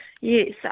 Yes